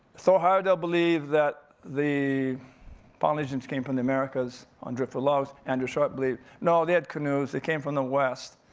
thor heyerdahl believed that the polynesians came from the americas, on driftwood logs. andrew sharp believe, no, they had canoes, they came from the west,